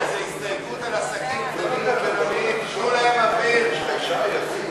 ההסתייגות של קבוצת סיעת חד"ש לסעיף 38,